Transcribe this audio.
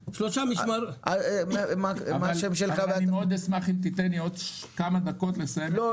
אבל אני מאוד אשמח אם תיתן לי עוד כמה דקות לסיים את --- לא,